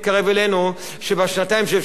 כשבשנתיים שאפשר היה לעשות את המעשה,